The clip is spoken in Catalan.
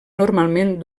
normalment